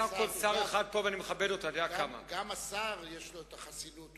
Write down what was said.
גם לשר יש חסינות,